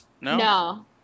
No